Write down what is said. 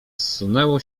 zsunęło